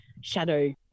shadow